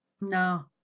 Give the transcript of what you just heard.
No